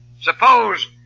Suppose